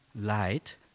light